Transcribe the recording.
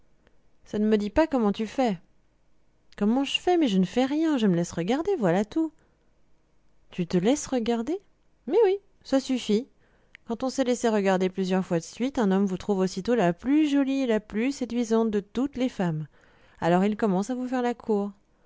ça ne me dit pas comment tu fais comment je fais mais je ne fais rien je me laisse regarder voilà tout tu te laisses regarder mais oui ça suffit quand on s'est laissé regarder plusieurs fois de suite un homme vous trouve aussitôt la plus jolie et la plus séduisante de toutes les femmes alors il commence à vous faire la cour